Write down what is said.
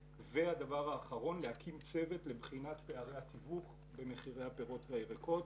והדבר האחרון היה להקים צוות לבחינת פערי התיווך במחירי הפירות והירקות.